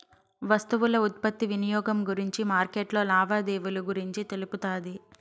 వస్తువుల ఉత్పత్తి వినియోగం గురించి మార్కెట్లో లావాదేవీలు గురించి తెలుపుతాది